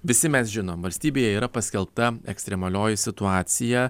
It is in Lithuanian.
visi mes žinom valstybėje yra paskelbta ekstremalioji situacija